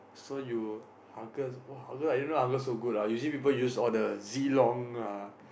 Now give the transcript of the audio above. so you Argus !wah! Argus I don't know so good ah usually people use all the Zilong ah